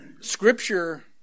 Scripture